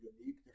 unique